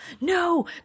No